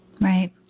Right